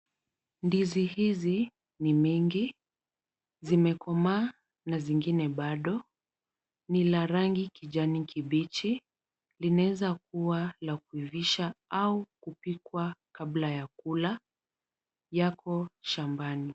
Ndizi hizi ni mingi. Zimekomaa na zingine bado. Ni la rangi kijani kibichi. Linaweza kuwa la kuivisha au kupikwa kabla ya kula. Yako shambani.